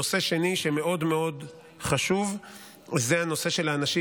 נושא שני שמאוד מאוד חשוב זה הנושא של האנשים